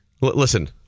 Listen